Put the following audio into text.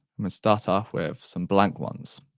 i'm gonna start off with some blank ones.